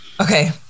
okay